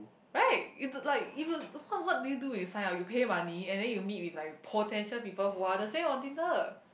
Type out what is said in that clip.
right you do like you what do you do with sign up you pay money and then you meet with like potential people who are the same on Tinder